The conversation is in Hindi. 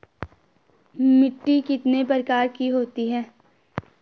मिट्टी कितने प्रकार की होती है?